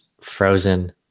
frozen